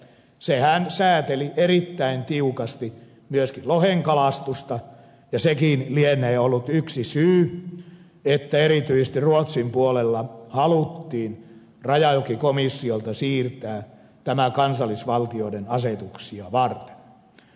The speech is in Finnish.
sehän sääteli erittäin tiukasti myöskin lohenkalastusta ja sekin lienee ollut yksi syy että erityisesti ruotsin puolella haluttiin rajajokikomissiolta siirtää tämä valtuus kansallisvaltioiden asetuksia varten